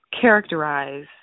characterize